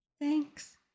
Thanks